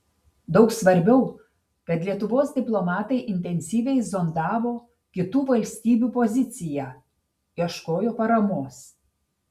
daug svarbiau kad lietuvos diplomatai intensyviai zondavo kitų valstybių poziciją ieškojo paramos